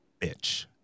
bitch